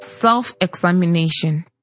Self-examination